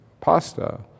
pasta